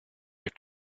your